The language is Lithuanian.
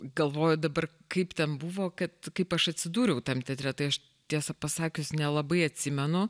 galvoju dabar kaip ten buvo kad kaip aš atsidūriau tam teatre tai aš tiesą pasakius nelabai atsimenu